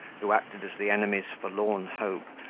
who acted as the enemy's forlorn hope,